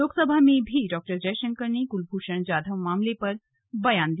लोकसभा में भी डॉ जयशंकर ने कुलभूषण जाधव मामले पर बयान दिया